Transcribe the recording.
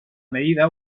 medida